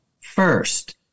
First